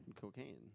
cocaine